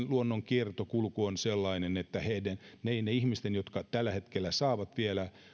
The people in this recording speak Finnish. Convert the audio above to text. luonnon kiertokulku on sellainen että niiden ihmisten määrä jotka vielä tällä hetkellä saavat